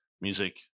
music